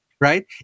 right